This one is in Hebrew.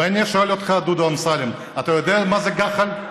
ואני שואל אותך, דודו אמסלם: אתה יודע מה זה גח"ל?